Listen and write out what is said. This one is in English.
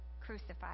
crucified